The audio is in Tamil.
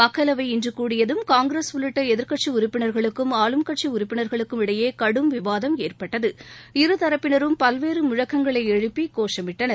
மக்களவை இன்று கூடியதும் காங்கிரஸ் உள்ளிட்ட எதிர்க்கட்சி உறுப்பினர்களுக்கும் ஆளும் கட்சி உறுப்பினர்களுக்கும் இடையே கடும் விவாதம் ஏற்பட்டது இருதரப்பினரும் பல்வேறு முழக்கங்களை எழுப்பி கோஷமிட்டனர்